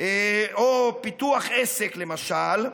או פיתוח עסק, למשל,